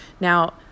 Now